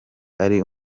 ari